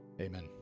Amen